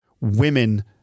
women